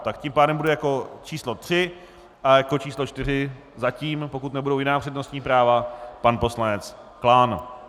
Tak tím pádem bude jako číslo tři a jako číslo čtyři zatím, pokud nebudou jiná přednostní práva, pan poslanec Klán.